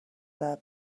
their